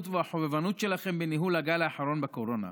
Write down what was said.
והחובבנות שלכם בניהול הגל האחרון בקורונה?